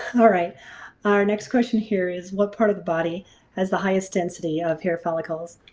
all right our next question here is what part of the body has the highest density of hair follicles?